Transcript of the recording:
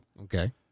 Okay